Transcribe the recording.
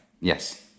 yes